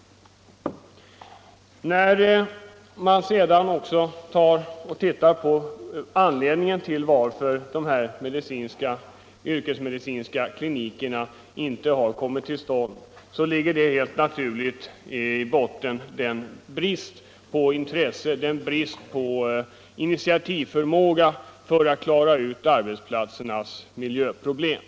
Om vi tittar på anledningen till att de yrkesmedicinska klinikerna inte har kommit till stånd, finner vi helt naturligt i bottnen en brist på intresse för arbetsplatsernas miljöproblem.